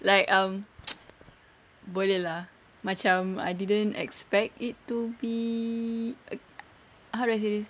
like um boleh lah macam I didn't expect it to be hard as it is